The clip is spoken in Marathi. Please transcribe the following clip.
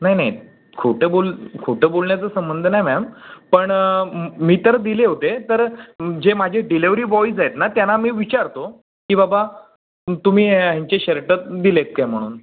नाही नाही खोटं बोल खोटं बोलण्याचा संबंध नाही मॅम पण मी तर दिले होते तर जे माझे डिलेव्हरी बॉईज आहेत ना त्याना मी विचारतो की बाबा तुम्ही ह्यांचे शर्ट दिले आहेत काय म्हणून